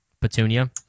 Petunia